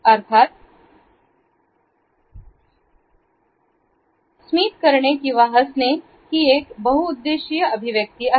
अर्थात मीच करणे किंवा हसणे ही एक बहुउद्देशीय अभिव्यक्ती आहे